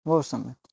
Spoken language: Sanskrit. बहु सम्यक्